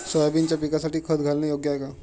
सोयाबीनच्या पिकासाठी खत घालणे योग्य आहे का?